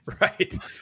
Right